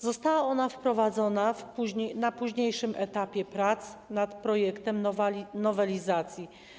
Została ona wprowadzona na późniejszym etapie prac nad projektem nowelizacji.